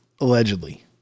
allegedly